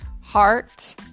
heart